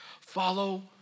Follow